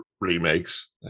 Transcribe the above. remakes